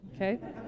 okay